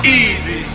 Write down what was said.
easy